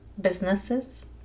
businesses